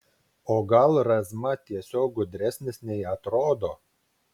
o gal razma tiesiog gudresnis nei atrodo